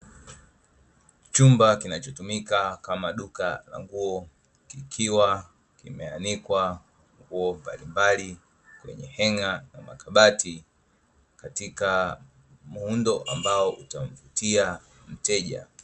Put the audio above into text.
Chumba kinachotumia kama duka la nguo, kikiwa kimeanikwa nguo mbalimbali kwenye heng'a, na makabati katika muundo ambao utamvutia mteja.